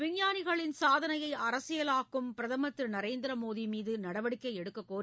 விஞ்ஞானிகளின் சாதனையை அரசியலாக்கும் பிரதமர் திரு நரேந்திர மோடி மீது நடவடிக்கை எடுக்கக் கோரி